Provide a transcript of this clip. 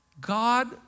God